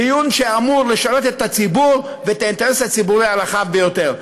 דיון שאמור לשרת את הציבור ואת האינטרס הציבורי הרחב ביותר.